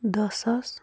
دَہ ساس